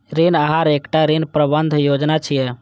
ऋण आहार एकटा ऋण प्रबंधन योजना छियै